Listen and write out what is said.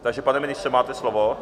Takže, pane ministře, máte slovo.